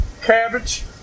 cabbage